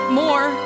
more